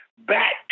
back